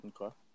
Okay